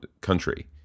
country